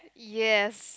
yes